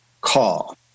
call